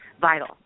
vital